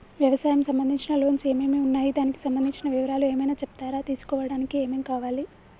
వ్యవసాయం సంబంధించిన లోన్స్ ఏమేమి ఉన్నాయి దానికి సంబంధించిన వివరాలు ఏమైనా చెప్తారా తీసుకోవడానికి ఏమేం కావాలి?